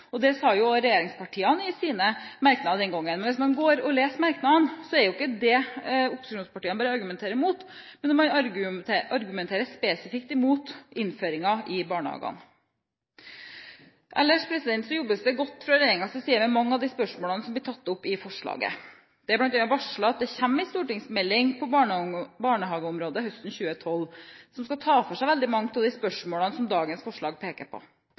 korrekt. Det sa også regjeringspartiene i sine merknader den gangen. Men hvis man leser merknadene, er det jo ikke språkkartlegging opposisjonspartiene argumenterer mot, man argumenterer spesifikt mot innføringen i barnehagene. Ellers jobbes det godt fra regjeringens side med mange av de spørsmålene som blir tatt opp i forslaget. Det er bl.a. varslet at det kommer en stortingsmelding på barnehageområdet høsten 2012, som skal ta for seg veldig mange av de spørsmålene som dagens forslag peker på.